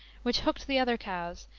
which hooked the other cows,